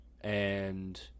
and-